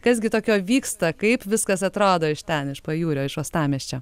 kas gi tokio vyksta kaip viskas atrodo iš ten iš pajūrio iš uostamiesčio